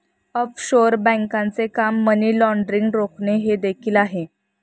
offshore बँकांचे काम money laundering रोखणे हे देखील आहे